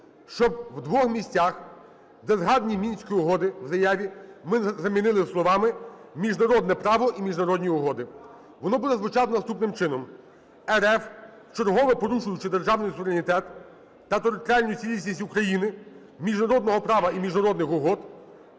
щоб в двох місцях, де згадані Мінські угоди в заяві, ми замінили словами "міжнародне право" і "міжнародні угоди". Воно буде звучати наступним чином: "РФ, вчергове порушуючи державний суверенітет та територіальну цілісність України, міжнародного права і міжнародних угод".